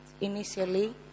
initially